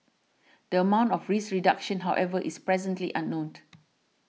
the amount of risk reduction however is presently unknown